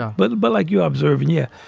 ah but but like you observed. yeah,